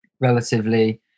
relatively